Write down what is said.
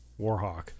Warhawk